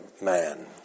man